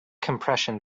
compression